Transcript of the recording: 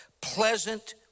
Pleasant